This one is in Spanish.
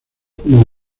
como